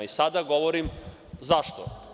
I sada govorim zašto.